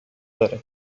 داره